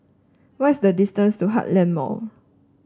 what is the distance to Heartland Mall